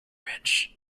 rich